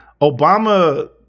Obama